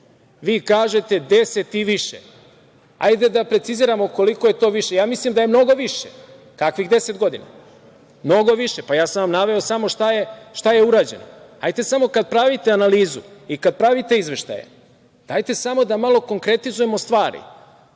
vi kažete deset i više. Ajde da preciziramo koliko je to više. Mislim da je mnogo više. Kakvih deset godina, mnogo više. Ja sam vam naveo samo šta je urađeno. Hajte samo kada pravite analizu i kada pravite izveštaje, dajte da malo konkretizujemo stvari,